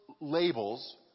labels